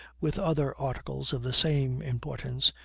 with other articles of the same importance,